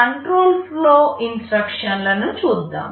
control flow ఇన్స్ట్రక్షన్లులను చూద్దాం